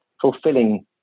fulfilling